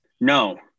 No